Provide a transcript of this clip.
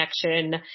connection